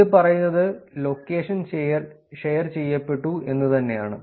ഇത് പറയുന്നത് location share ചെയ്യപ്പെട്ടു എന്നുതന്നെ ആണ്